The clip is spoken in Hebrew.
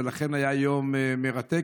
ולכן היה יום מרתק.